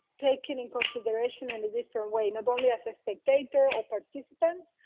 taken in consideration in a different way. not only as a spectator or participants,